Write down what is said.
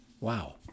Wow